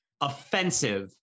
offensive